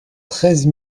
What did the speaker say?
treize